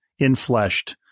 infleshed